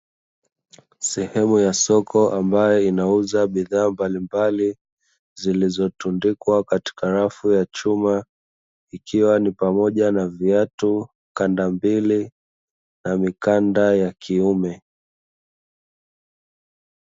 Sehemu ya soko ambayo inauza bidhaa mbalimbali, zilizotundikwa katika rafu ya chuma. Ikiwa ni pamoja na; viatu, kandambili na mikanda ya kiume.